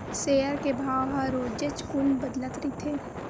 share के भाव ह रोजेच कुन बदलत रहिथे